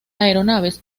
aeronaves